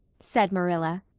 said marilla.